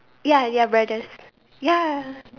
ya ya brothers ya